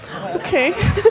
Okay